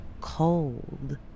cold